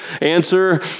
Answer